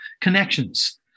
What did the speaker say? connections